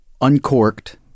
uncorked